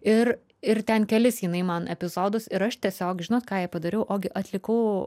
ir ir ten kelis jinai man epizodus ir aš tiesiog žinot ką jai padariau ogi atlikau